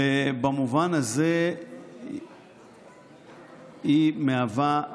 במובן הזה היא מהווה,